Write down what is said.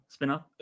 spinoff